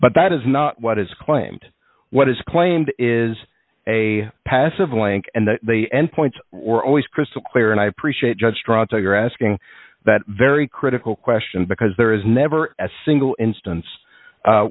but that is not what is claimed what is claimed is a passive link and the end points were always crystal clear and i appreciate just right so you're asking that very critical question because there is never a single instance